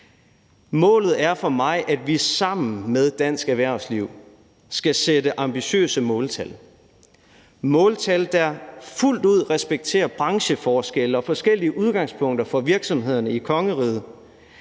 Målet er for mig, at vi sammen med dansk erhvervsliv sætter ambitiøse måltal – måltal, der fuldt ud respekterer brancheforskelle og forskellige udgangspunkter for virksomhederne i kongeriget,